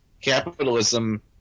capitalism